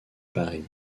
paris